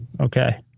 okay